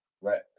Right